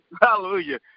hallelujah